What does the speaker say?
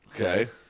Okay